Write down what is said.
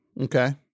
Okay